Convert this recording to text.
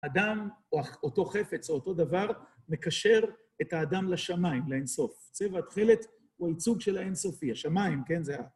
אדם, או אותו חפץ או אותו דבר, מקשר את האדם לשמיים, לאינסוף. צבע התחילת הוא הייצוג של האינסופי, השמיים, כן, זה...